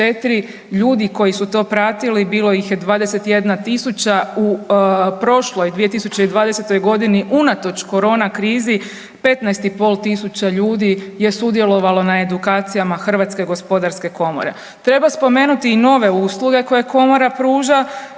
Ljudi koji su to pratili bilo ih je 21.000. U prošloj 2020.g. unatoč korona krizi 15.500 ljudi je sudjelovalo na edukacijama HGK. Treba spomenuti i nove usluge koje komora pruža,